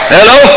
Hello